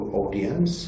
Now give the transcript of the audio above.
audience